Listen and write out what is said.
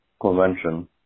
convention